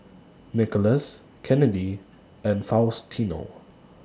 Nikolas Kennedi and Faustino